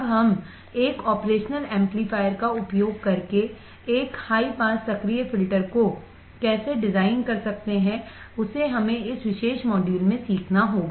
अब हम एक ऑपरेशनल एम्पलीफायर का उपयोग करके एक हाई पास सक्रिय फ़िल्टर को कैसे डिज़ाइन कर सकते हैं जिसे हमें इस विशेष मॉड्यूल में सीखना होगा